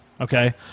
Okay